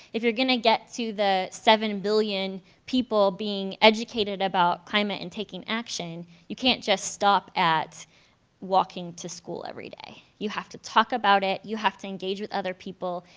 if you're going to get to the seven billion people being educated about climate and taking action, you can't just stop at walking to school everyday, you have to talk about it, you have to engage with other people,